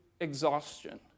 exhaustion